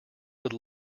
would